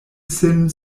sin